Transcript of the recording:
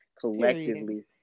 collectively